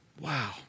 Wow